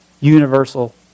universal